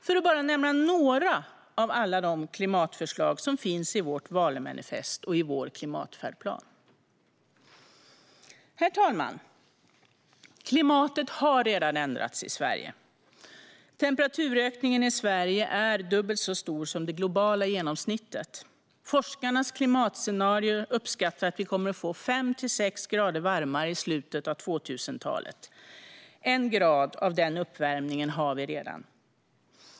Det här är bara några av alla de klimatförslag som finns i vårt valmanifest och i vår klimatfärdplan. Herr talman! Klimatet har redan ändrats i Sverige. Temperaturökningen i Sverige är dubbelt så stor som det globala genomsnittet. Forskarnas klimatscenarier uppskattar att vi kommer att få det 5-6 grader varmare i slutet av 2000-talet. Den uppvärmningen är redan påbörjad med 1 grad.